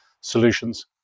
solutions